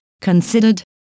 considered